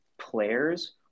players